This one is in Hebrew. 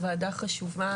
וועדה חשובה,